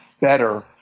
better